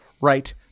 right